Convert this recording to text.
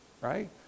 right